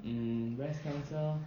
hmm breast cancer